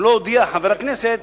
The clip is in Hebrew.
אם לא יודיע חבר הכנסת